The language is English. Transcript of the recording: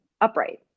upright